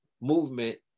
movement